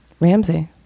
ramsey